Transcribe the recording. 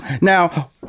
now